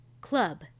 club